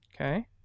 Okay